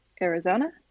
Arizona